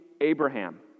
Abraham